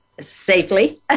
safely